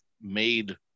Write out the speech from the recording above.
made